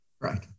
right